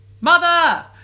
Mother